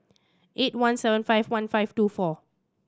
eight one seven five one five two four